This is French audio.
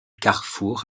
carrefour